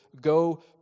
Go